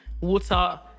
water